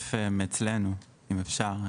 לשתף מאצלנו, אם אפשר.